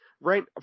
Right